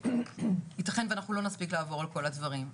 אז יתכן ואנחנו לא נספיק לעבור על כל הדברים,